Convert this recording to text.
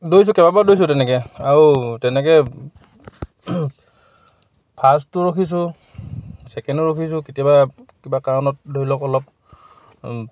দৌৰিছোঁ কেইবাবাৰো দৌৰিছোঁ তেনেকৈ আৰু তেনেকৈ ফাৰ্ষ্টো ৰখিছোঁ ছেকেণ্ডো ৰখিছোঁ কেতিয়াবা কিবা কাৰণত ধৰি লওক অলপ